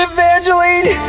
Evangeline